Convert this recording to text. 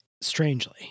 strangely